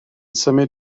symud